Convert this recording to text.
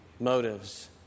Motives